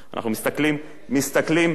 אנחנו מסתכלים קדימה.